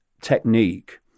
technique